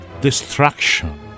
destruction